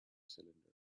cylinder